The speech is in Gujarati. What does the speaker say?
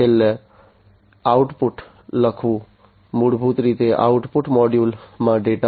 છેલ્લે આઉટપુટ લખવું મૂળભૂત રીતે આઉટપુટ મોડ્યુલમાં ડેટા